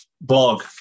blog